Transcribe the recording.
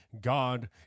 God